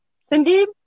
Cindy